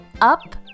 Up